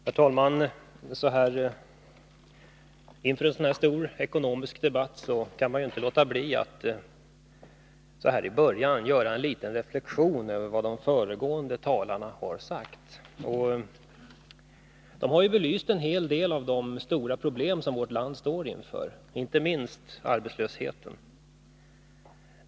Herr talman! Inför en så här stor ekonomisk debatt kan jag inte låta bli att börja med att göra en liten reflexion över vad de föregående talarna har sagt. De har belyst en hel del av de stora problem som vårt land står inför, inte minst arbetslösheten.